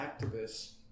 activists